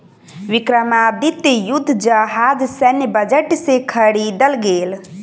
विक्रमादित्य युद्ध जहाज सैन्य बजट से ख़रीदल गेल